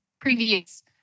previous